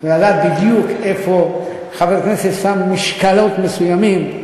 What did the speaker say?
ולדעת בדיוק איפה חבר כנסת שם משקלות מסוימים,